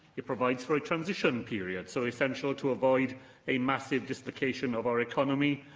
it provides for a transition period, so essential to avoid a massive dislocation of our economy,